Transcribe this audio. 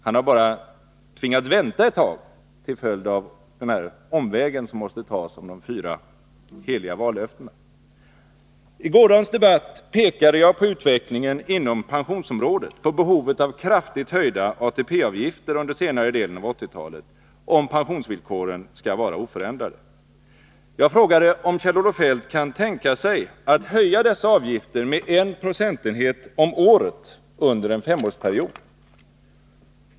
Han har bara tvingats vänta ett tag till följd av den här omvägen som måste tas till följd av de fyra heliga vallöftena. I gårdagens debatt pekade jag på utvecklingen inom pensionsområdet, på behovet av kraftigt höjda ATP-avgifter under senare delen av 1980-talet, om pensionsvillkoren skall vara oförändrade. Jag frågade om Kjell-Olof Feldt kan tänka sig att höja dessa avgifter med en procentenhet om året under en femårsperiod.